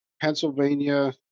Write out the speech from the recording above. Pennsylvania